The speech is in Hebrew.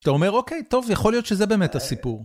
אתה אומר אוקיי, טוב, יכול להיות שזה באמת הסיפור